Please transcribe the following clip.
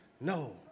no